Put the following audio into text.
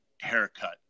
haircut